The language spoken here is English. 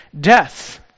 death